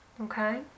Okay